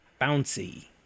Bouncy